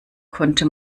konnte